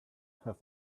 have